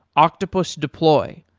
octopus deploy,